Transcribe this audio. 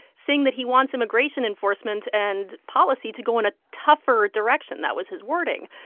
saying that he wants immigration enforcement and policy to go in a tougher direction. that was his wording.